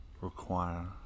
require